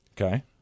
okay